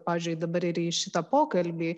pavyzdžiui dabar ir į šitą pokalbį